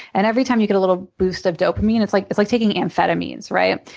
and every time you get a little boost of dopamine, it's like it's like taking amphetamines, right?